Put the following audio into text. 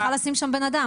את צריכה לשים שם בן אדם.